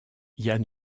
jan